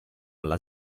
alla